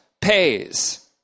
pays